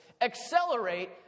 Accelerate